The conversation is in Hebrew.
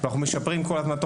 ואנחנו משפרים כל הזמן,